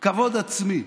כבוד עצמי.